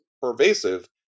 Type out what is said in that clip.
pervasive